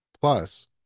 Plus